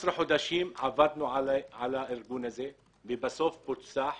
14 חודשים עבדנו על הארגון הזה ובסוף הוא פוצח